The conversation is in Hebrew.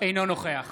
אינו נוכח